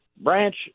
branch